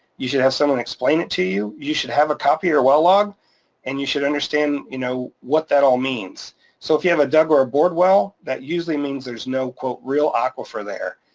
you should have someone explain it to you, you should have a copy or a well log and you should understand you know what that all means. so if you have a dug or a bored well, that usually means there's no real aquifer there,